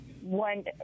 one